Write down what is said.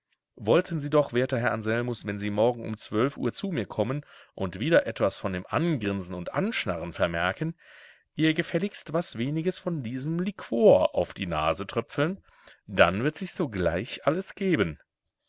wollten sie doch werter herr anselmus wenn sie morgen um zwölf uhr zu mir kommen und wieder etwas von dem angrinsen und anschnarren vermerken ihr gefälligst was weniges von diesem liquor auf die nase tröpfeln dann wird sich sogleich alles geben